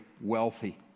wealthy